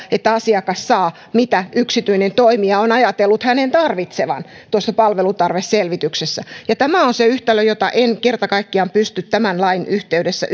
että asiakas saa mitä yksityinen toimija on ajatellut hänen tarvitsevan tuossa palvelutarveselvityksessä tämä on se yhtälö jota en kerta kaikkiaan pysty tämän lain yhteydessä